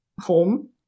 home